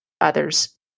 others